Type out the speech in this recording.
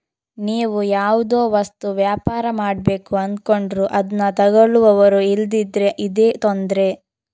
ನೀವು ಯಾವುದೋ ವಸ್ತು ವ್ಯಾಪಾರ ಮಾಡ್ಬೇಕು ಅಂದ್ಕೊಂಡ್ರು ಅದ್ನ ತಗೊಳ್ಳುವವರು ಇಲ್ದಿದ್ರೆ ಇದೇ ತೊಂದ್ರೆ